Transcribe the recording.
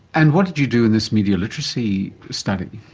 and what did you do in this media literacy study?